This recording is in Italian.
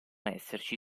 esserci